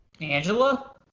Angela